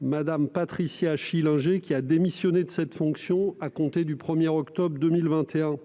Mme Patricia Schillinger, qui a démissionné de cette fonction à compter du 1 octobre 2021.